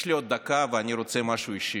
יש לי עוד דקה, ואני רוצה לומר משהו אישי: